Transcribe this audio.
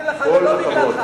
להזכיר לך, ולא בגללך.